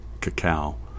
cacao